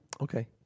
Okay